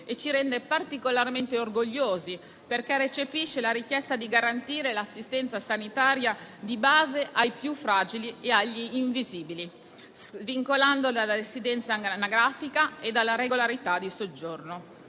e ci rende particolarmente orgogliosi, perché recepisce la richiesta di garantire l'assistenza sanitaria di base ai più fragili e agli invisibili, svincolandola dalla residenza anagrafica e dalla regolarità di soggiorno.